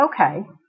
okay